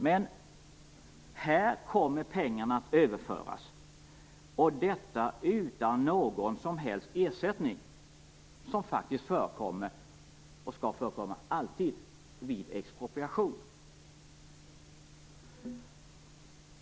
Men pengarna kommer att överföras och detta utan någon som helst ersättning, som faktiskt förekommer och alltid skall förekomma vid expropriation.